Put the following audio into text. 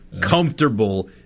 comfortable